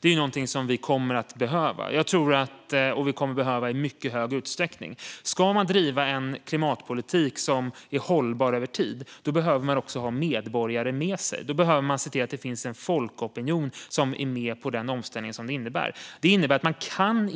Det är något som vi kommer att behöva, och vi kommer att behöva det i mycket hög utsträckning. Ska man driva klimatpolitik som är hållbar över tid behöver man ha medborgare med sig. Då behöver man se till att det finns en folkopinion som är med på den omställning som det innebär. Det innebär att vi